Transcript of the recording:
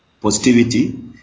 positivity